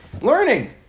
learning